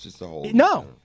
No